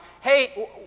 Hey